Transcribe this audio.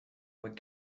were